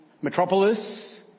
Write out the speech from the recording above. metropolis